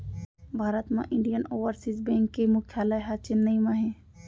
भारत म Indian Overseas Bank के मुख्यालय ह चेन्नई म हे